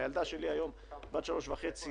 הילדה שלי בת שלוש וחצי